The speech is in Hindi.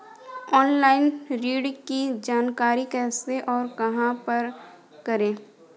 ऑनलाइन ऋण की जानकारी कैसे और कहां पर करें?